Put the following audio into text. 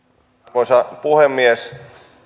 arvoisa puhemies täällä on